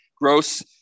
gross